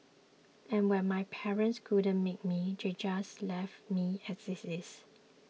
and when my parents couldn't make me they just left me as it is